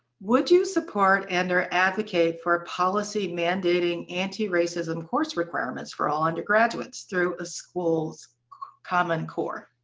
would you support and or advocate for a policy mandating anti-racism course requirements for all undergraduates through a school's common core?